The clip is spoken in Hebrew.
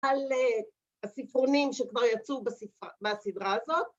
‫על הספרונים שכבר יצאו ‫בסדרה הזאת.